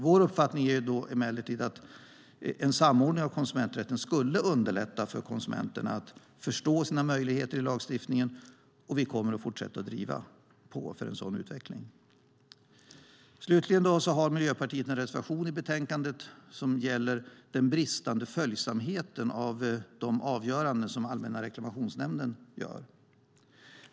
Vår uppfattning är emellertid att en samordning av konsumenträtten skulle underlätta för konsumenterna att förstå sina möjligheter i lagstiftningen, och vi kommer att fortsätta driva på för en sådan utveckling. Slutligen har Miljöpartiet en reservation i betänkandet som gäller den bristande följsamheten beträffande de avgöranden som Allmänna reklamationsnämnden gör.